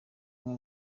umwe